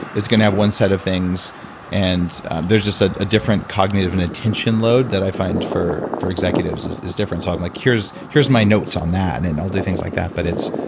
is going to have one set of things and there's just a ah different cognitive and attention load that i find for for executives is is different so i'm like, here's here's my notes on that. and then, and i'll do things like that. but it's